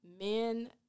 men